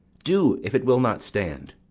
do, if it will not stand.